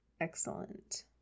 excellent